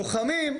לוחמים,